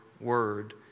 word